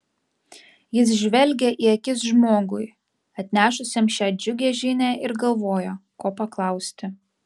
jis žvelgė į akis žmogui atnešusiam šią džiugią žinią ir galvojo ko paklausti